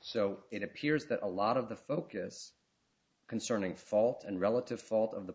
so it appears that a lot of the focus concerning fault and relative fault of the